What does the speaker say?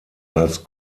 als